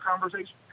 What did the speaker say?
conversation